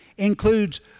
includes